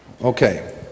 okay